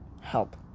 help